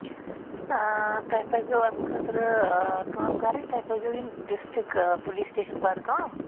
تۄہہِ پَزوٕ اَمہِ خٲطرٕ کٲم کَرٕنۍ تۄہہِ پَزوٕ یُن ڈِسٹرک پُلیٖس سِٹیشَن بَڈگام